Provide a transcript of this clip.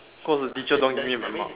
cause the teacher don't want give me my mark